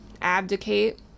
abdicate